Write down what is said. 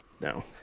no